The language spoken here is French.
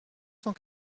cent